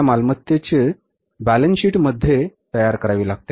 या मालमत्तेची लोणी ताळेबंद मध्ये करावी लागते